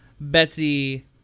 Betsy